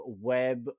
web